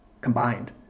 Combined